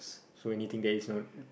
so anything that is not